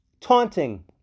taunting